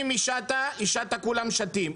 אם היא שטה היא שטה וכולם שטים,